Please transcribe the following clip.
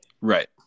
Right